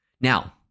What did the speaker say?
Now